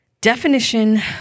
Definition